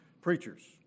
preachers